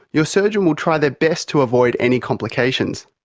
your surgeon will try their best to avoid any complications.